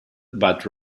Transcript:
but